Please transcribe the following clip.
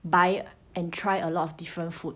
buy and try a lot of different food